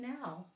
now